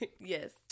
yes